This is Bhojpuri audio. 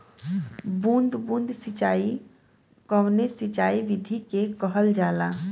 बूंद बूंद सिंचाई कवने सिंचाई विधि के कहल जाला?